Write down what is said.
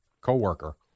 co-worker